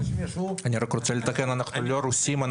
אני רוצה לתקן: אנחנו לא רוסים.